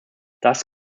dass